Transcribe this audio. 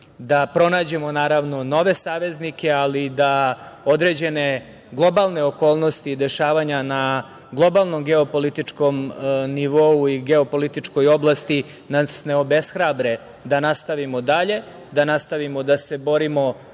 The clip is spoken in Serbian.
da pronađemo naravno nove saveznike, da određene globalne okolnosti i dešavanja na globalnom geo-političkom nivou i geo-političkoj oblasti nas ne obeshrabre da nastavimo dalje, da nastavimo da se borimo